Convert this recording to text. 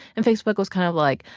and facebook was kind of like,